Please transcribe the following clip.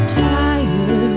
tired